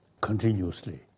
continuously